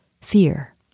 fear